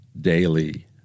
daily